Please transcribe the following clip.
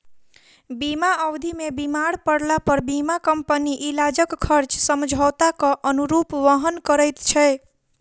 बीमा अवधि मे बीमार पड़लापर बीमा कम्पनी इलाजक खर्च समझौताक अनुरूप वहन करैत छै